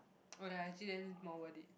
oh they are actually then more worth it